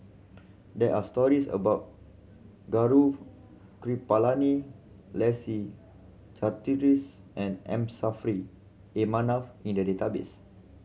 there are stories about Gaurav Kripalani Leslie Charteris and M Saffri A Manaf in the database